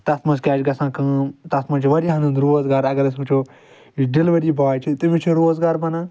تتھ منٛز کیٚاہ چھُ گژھان کٲم تتھ منٛز چھُ واریاہن ہنٛد روزگار اگر أسۍ وچھو ڈلؤری باے چھُ تٔمِس چھُ روزگار بنان